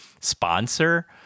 sponsor